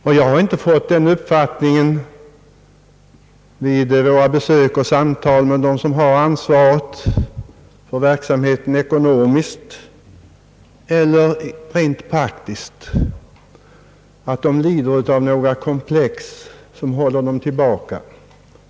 Vid samtal med dem som ekonomiskt eller rent praktiskt har ansvaret för verksamheten har jag inte fått uppfattningen att de lider av några komplex som håller dem tillbaka.